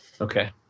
Okay